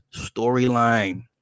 storyline